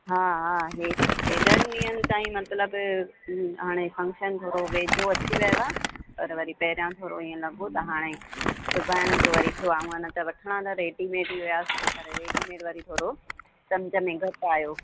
हा हा इहे इहे हेॾनि ॾींहंनि ताईं मतिलबु हाणे फंक्शन जो वेझो अची वियो आहे पर वरी पहिरियों थोरो ईअं न पोइ हाणे सिबाइण जो वरी मां त वठणा त रेडीमेड ई हुआ से पर रेडीमेड वरी थोरो सम्झ में घटि आहियो